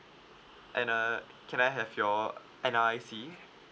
and uh can I have your N_R_I_C